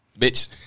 Bitch